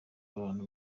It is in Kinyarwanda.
abantu